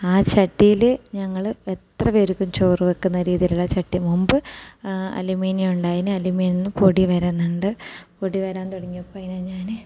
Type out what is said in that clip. ആ ചട്ടിയിൽ ഞങ്ങൾ എത്രപേർക്കും ചോറ് വയ്ക്കുന്ന രീതിയിലുള്ള ചട്ടി മുൻപ് അലൂമിനിയം ഉണ്ടായിന് അലുമിനിയിൽ നിന്ന് പൊടി വരന്നുണ്ട് പൊടി വരാൻ തുടങ്ങിയപ്പം അതിനെ ഞാൻ